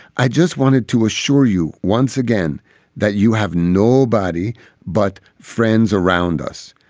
i just wanted to assure you once again that you have nobody but friends around us.